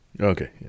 okay